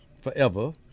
forever